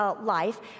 life